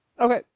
Okay